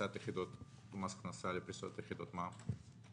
פריסת היחידות של מס הכנסה לפריסה של יחידות מע"מ?